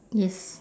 yes